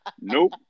Nope